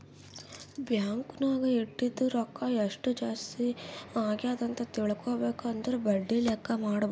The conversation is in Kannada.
ಬ್ಯಾಂಕ್ ನಾಗ್ ಇಟ್ಟಿದು ರೊಕ್ಕಾಕ ಎಸ್ಟ್ ಜಾಸ್ತಿ ಅಗ್ಯಾದ್ ಅಂತ್ ತಿಳ್ಕೊಬೇಕು ಅಂದುರ್ ಬಡ್ಡಿ ಲೆಕ್ಕಾ ಮಾಡ್ಬೇಕ